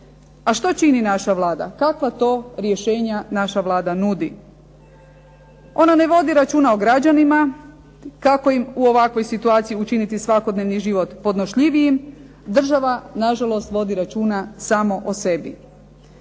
A što čini naša Vlada? Kakva to rješenja naša Vlada nudi? Ona ne vodi računa o građanima kako im u ovakvim situaciji učiniti svakodnevni život podnošljivijim, država vodi računa nažalost